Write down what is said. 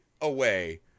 away